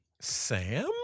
Sam